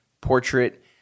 portrait